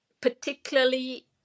particularly